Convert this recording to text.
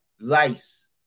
lice